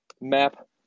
map